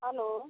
hello